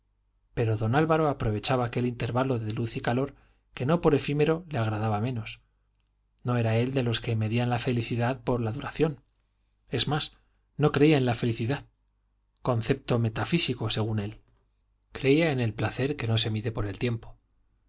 pero don álvaro aprovechaba aquel intervalo de luz y calor que no por efímero le agradaba menos no era él de los que medían la felicidad por la duración es más no creía en la felicidad concepto metafísico según él creía en el placer que no se mide por el tiempo